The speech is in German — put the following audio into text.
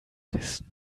wissen